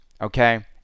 okay